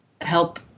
help